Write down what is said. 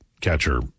catcher